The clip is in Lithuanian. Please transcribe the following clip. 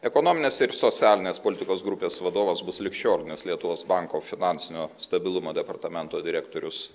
ekonominės ir socialinės politikos grupės vadovas bus ligšiolinės lietuvos banko finansinio stabilumo departamento direktorius